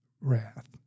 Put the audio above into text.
wrath